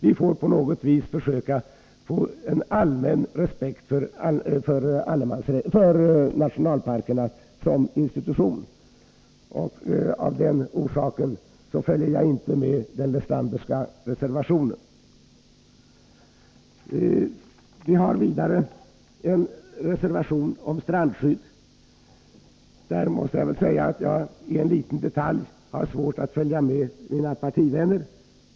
Vi får på något vis försöka skapa en allmän respekt för nationalparkerna såsom institutioner. Därför biträder jag inte den Lestanderska reservationen. Vidare har vi en reservation beträffande strandskyddet. Där har jag i en liten detalj svårt att följa med mina partivänner.